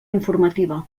informativa